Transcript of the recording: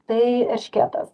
tai erškėtas